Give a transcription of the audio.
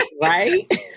Right